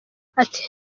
ati